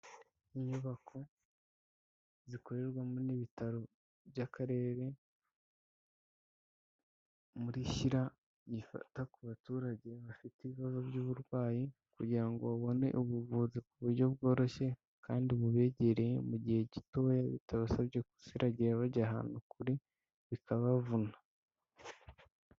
Inyubako zikorerwamo n'ibitaro by'Akarere muri Shyira, byita ku baturage bafite ibibazo by'uburwayi kugira ngo babone ubuvuzi ku buryo bworoshye kandi bubegereye mu gihe gitoya, bitabasabye kusiragira bajya ahantu kure bikabavuna.